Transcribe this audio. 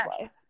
life